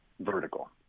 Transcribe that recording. vertical